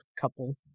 couple